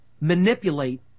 manipulate